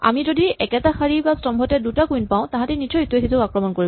আমি যদি একেটা শাৰী বা স্তম্ভতে দুটা কুইন পাও তাহাঁতি নিশ্চয় ইটোৱে সিটোক আক্ৰমণ কৰিব